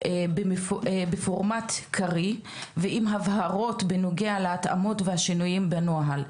בפורמט קריא ועם הבהרות בנוגע להתאמות ולשינויים בנוהל.